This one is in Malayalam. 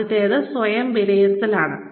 ആദ്യത്തേത് സ്വയം വിലയിരുത്തലാണ്